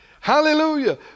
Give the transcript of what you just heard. Hallelujah